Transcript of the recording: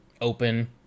open